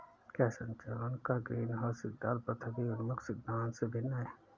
क्या संचालन का ग्रीनहाउस सिद्धांत पृथ्वी उन्मुख सिद्धांत से भिन्न है?